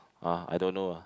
uh I don't know ah